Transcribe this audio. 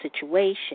situation